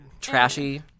trashy